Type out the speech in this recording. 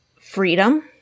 freedom